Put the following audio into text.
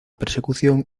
persecución